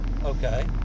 Okay